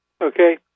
Okay